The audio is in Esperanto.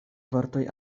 vortoj